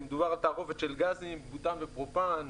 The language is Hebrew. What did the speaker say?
מדובר על תערובת של גזים בוטאן ופרופאן,